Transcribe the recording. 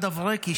אליעד אברקי,